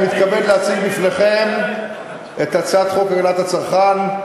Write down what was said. אני מתכבד להציג בפניכם את הצעת חוק הגנת הצרכן,